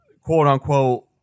quote-unquote